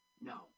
No